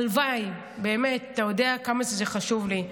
הלוואי, באמת, אתה יודע כמה שזה חשוב לי.